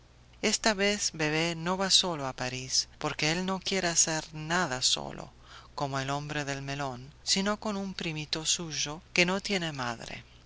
esta vez bebé no va solo a parís porque él no quiere hacer nada solo como el hombre del melón sino con un primito suyo que no tiene madre